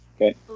Okay